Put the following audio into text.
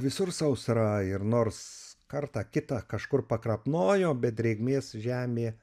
visur sausra ir nors kartą kitą kažkur pakrapnojo bet drėgmės žemė